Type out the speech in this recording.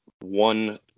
one